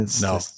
No